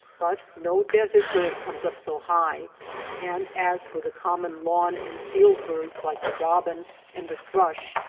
but no desert bird comes up so high and as for the common lawn and field birds like the robin and the thrush,